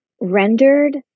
rendered